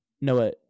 Noah